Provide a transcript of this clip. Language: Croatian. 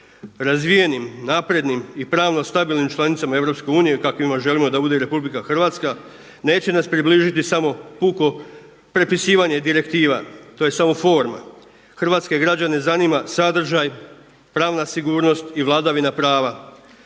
Razvijenim, naprednim i pravno stabilnim članicama EU kakvima želimo da bude i RH neće nas približiti samo puko prepisivanje direktiva, to je samo forma. Hrvatske građane zanima sadržaj, pravna sigurnost i vladavina prava.